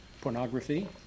pornography